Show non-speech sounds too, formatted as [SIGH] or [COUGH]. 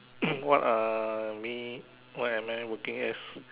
[COUGHS] what are me what am I working as